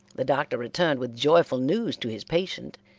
the doctor returned with joyful news to his patient.